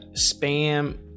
spam